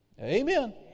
Amen